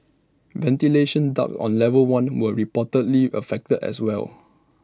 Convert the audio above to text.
ventilation ducts on level one were reportedly affected as well